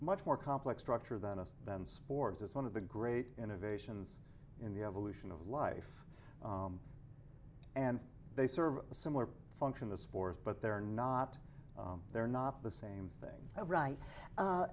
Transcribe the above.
much more complex structure than us then spores as one of the great innovations in the evolution of life and they serve a similar function the spores but they're not they're not the same thing right